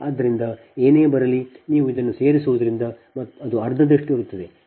ಆದ್ದರಿಂದ ಏನೇ ಬರಲಿ ನೀವು ಇದನ್ನು ಸೇರಿಸುವುದರಿಂದ ಅದು ಅರ್ಧದಷ್ಟು ಇರುತ್ತದೆ